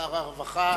שר הרווחה.